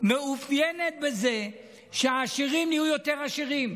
מתאפיינת בזה שהעשירים נהיו יותר עשירים,